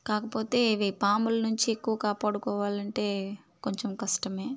కాకపోతే ఇవి పాముల నుంచి ఎక్కువ కాపాడుకోవాలి అంటే కొంచెం కష్టమే